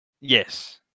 Yes